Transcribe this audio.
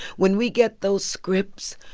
when we get those scripts,